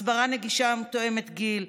הסברה נגישה מותאמת גיל,